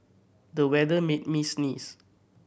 the weather made me sneeze